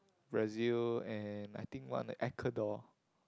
Brazil and I think one Ecuador